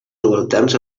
subalterns